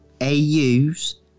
AU's